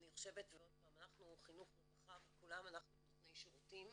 עוד פעם, אנחנו, חינוך ורווחה כולם נותני שירותים.